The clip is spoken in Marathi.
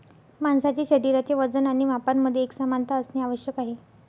माणसाचे शरीराचे वजन आणि मापांमध्ये एकसमानता असणे आवश्यक आहे